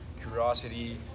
curiosity